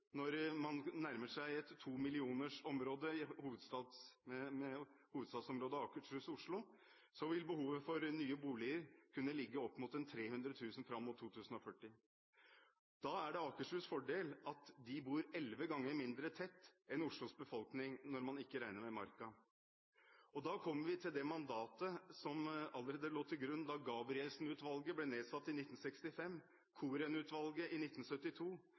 man til Akershus’ behov når man får et hovedstadsområde Akershus–Oslo med nærmere 2 millioner innbyggere, vil behovet for nye boliger kunne ligge på oppimot 300 000 fram mot 2040. Akershus’ fordel er at man der bor elleve ganger mindre tett enn Oslos befolkning, når man ikke regner med Marka. Da kommer vi til det mandatet som allerede lå til grunn da Gabrielsen-utvalget ble nedsatt i 1965, Koren-utvalget i 1972,